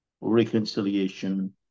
reconciliation